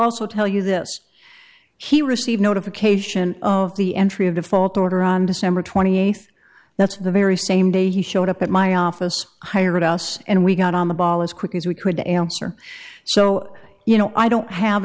also tell you this he received notification of the entry of default order on december twenty eighth that's the very same day he showed up at my office hired us and we got on the ball as quickly as we could answer so you know i don't have